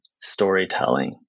storytelling